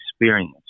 experience